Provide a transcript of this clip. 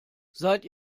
seid